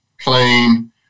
clean